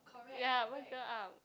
ya Burger-Up